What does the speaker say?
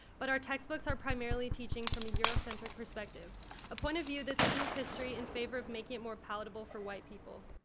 but our textbooks are primarily teaching from a eurocentric perspective a point of view that skews history in favor of making it more palatable for white people.